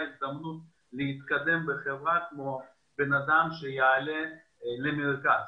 הזדמנות להתקדם בחברה כמו שניתנת לאדם שעולה ומתגורר במרכז.